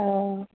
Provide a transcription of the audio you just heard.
अ